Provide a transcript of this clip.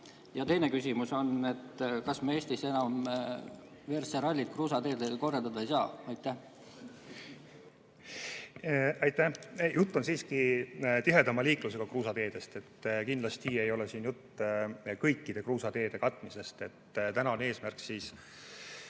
Ja teine küsimus: kas me siis Eestis enam WRC‑rallit kruusateedel korraldada ei saa? Aitäh! Jutt on siiski tihedama liiklusega kruusateedest. Kindlasti ei ole siin juttu kõikide kruusateede katmisest. Täna on eesmärk